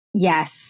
Yes